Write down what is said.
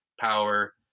power